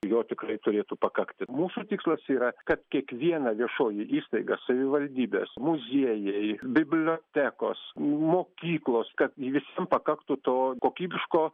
jo tikrai turėtų pakakti mūsų tikslas yra kad kiekviena viešoji įstaiga savivaldybės muziejai bibliotekos mokyklos kad visiem pakaktų to kokybiško